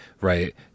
right